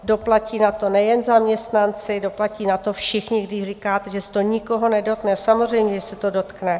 Doplatí na to nejen zaměstnanci, doplatí na to všichni, i když říkáte, že se to nikoho nedotkne, samozřejmě že se to dotkne.